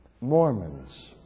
Mormons